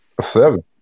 Seven